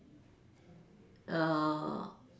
err